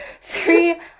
three